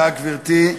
תודה, גברתי.